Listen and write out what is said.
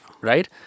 right